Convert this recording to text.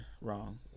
wrong